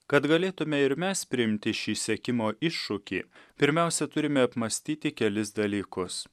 kad galėtumėme ir mes priimti šį sekimo iššūkį pirmiausia turime apmąstyti kelis dalykus